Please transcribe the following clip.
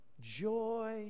joy